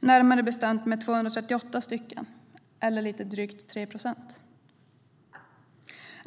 närmare bestämt med 238 stycken eller lite drygt 3 procent.